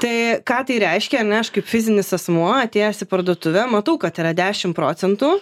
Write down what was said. tai ką tai reiškia ane aš kaip fizinis asmuo atėjęs į parduotuve matau kad yra dešimt procentų